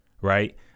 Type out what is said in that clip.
Right